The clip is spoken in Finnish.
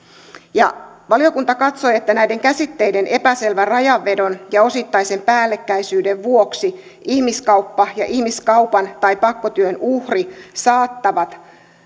valiokunta katsoi että näiden käsitteiden epäselvän rajanvedon ja osittaisen päällekkäisyyden vuoksi ihmiskauppa ja ihmiskaupan tai pakkotyön uhri saattavat